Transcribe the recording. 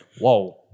whoa